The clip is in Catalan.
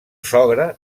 sogre